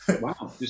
Wow